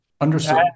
understood